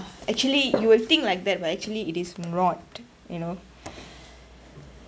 actually you will think like that but actually it is not you know